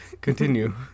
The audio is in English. Continue